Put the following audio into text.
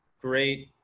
great